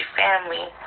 family